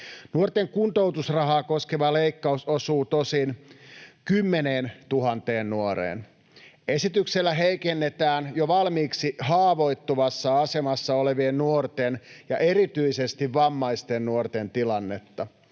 Nuorten kuntoutusrahaa koskeva leikkaus osuu tosin 10 000 nuoreen. Esityksellä heikennetään jo valmiiksi haavoittuvassa asemassa olevien nuorten ja erityisesti vammaisten nuorten tilannetta.